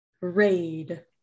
Raid